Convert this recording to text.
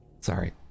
Sorry